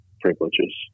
privileges